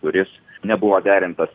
kuris nebuvo derintas